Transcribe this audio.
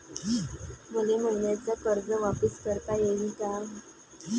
मले मईन्याचं कर्ज वापिस करता येईन का?